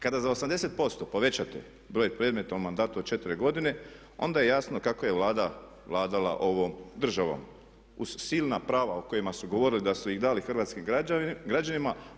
Kada za 80% povećate broj predmeta u mandatu od 4 godine, onda je jasno kako je Vlada vladala ovom državom uz silna prava o kojima su govorili da su ih dali hrvatskim građanima.